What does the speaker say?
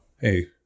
hey